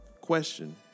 question